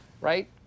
Right